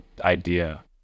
idea